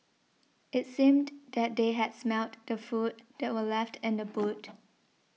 it seemed that they had smelt the food that were left in the boot